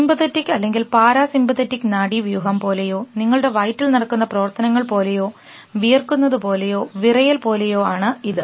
sympathetic അല്ലെങ്കിൽ parasympathetic നാഡീവ്യൂഹം പോലെയോ നിങ്ങളുടെ വയറ്റിൽ നടക്കുന്ന പ്രവർത്തനങ്ങൾ പോലെയോ വിയർക്കുന്നത് പോലെയോ വിറയൽ പോലെയോ ആണ് ഇത്